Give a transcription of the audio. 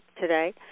today